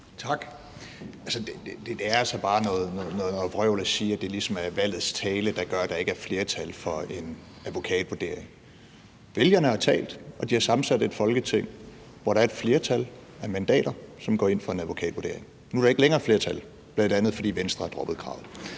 Tak. Det er altså bare noget vrøvl at sige, at det ligesom er valgets tale, der gør, at der ikke er flertal for en advokatvurdering. Vælgerne har talt, og de har sammensat et Folketing, hvor der er et flertal af mandater, der går ind for en advokatvurdering. Nu er der ikke længere flertal, bl.a. fordi Venstre har droppet kravet.